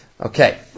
Okay